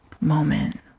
moment